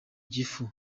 gifu